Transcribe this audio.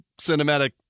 cinematic